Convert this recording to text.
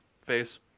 face